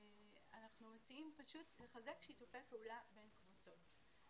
אנחנו מציעים פשוט לחזק שיתופי פעולה בין קבוצות.